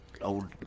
old